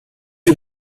you